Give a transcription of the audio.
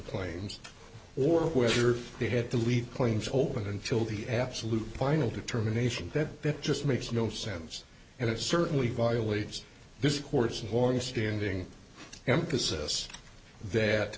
claims or whether they had to leave claims open until the absolute final determination that it just makes no sense and it certainly violates this court's longstanding emphasis that